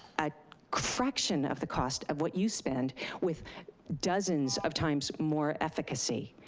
a fraction of the cost of what you spend with dozens of times more efficacy.